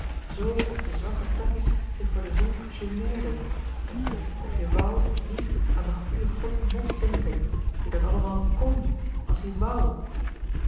zoo of de zwarte takkies zich voor de zon geneerden dat je of je wou of niet an den goeien god most denken die dat allemaal kon as-ie